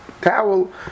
towel